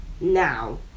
now